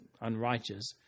unrighteous